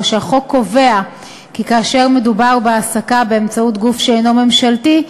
שהחוק קובע כי כאשר מדובר בהעסקה באמצעות גוף שאינו ממשלתי,